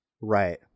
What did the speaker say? Right